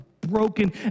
broken